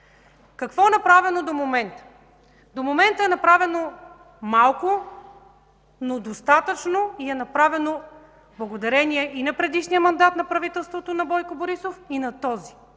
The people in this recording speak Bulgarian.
Какво е направено до момента? До момента е направено малко, но достатъчно и е направено благодарение и на предишния мандат на правителството на Бойко Борисов, и на този